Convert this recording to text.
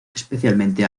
especialmente